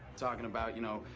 talking about you know,